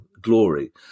glory